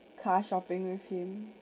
car shopping with him